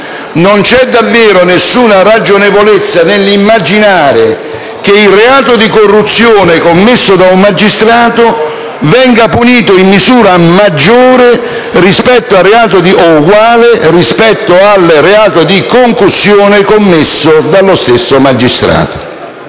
non c'è davvero nessuna ragionevolezza nell'immaginare che il reato di corruzione commesso da un magistrato venga punito in misura maggiore o uguale rispetto al reato di concussione commesso dallo stesso magistrato.